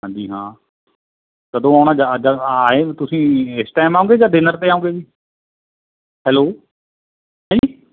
ਹਾਂਜੀ ਹਾਂ ਕਦੋਂ ਆਉਣਾ ਆਏ ਤੁਸੀਂ ਇਸ ਟਾਈਮ ਆਉਂਗੇ ਜਾਂ ਡਿਨਰ 'ਤੇ ਆਉਂਗੇ ਜੀ ਹੈਲੋ ਹੈਂਜੀ